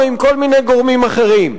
או עם כל מיני גורמים אחרים?